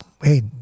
hey